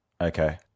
Okay